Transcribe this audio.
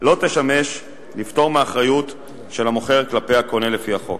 לא תשמש לפטור מאחריות של המוכר כלפי הקונה לפי החוק.